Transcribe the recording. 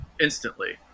instantly